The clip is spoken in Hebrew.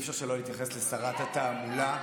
אי-אפשר שלא להתייחס לשרת התעמולה.